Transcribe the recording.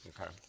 Okay